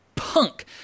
punk